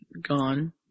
gone